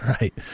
Right